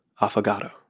Affogato